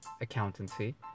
Accountancy